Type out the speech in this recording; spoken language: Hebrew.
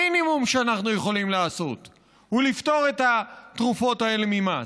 המינימום שאנחנו יכולים לעשות הוא לפטור את התרופות האלה ממס.